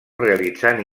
realitzant